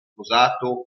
sposato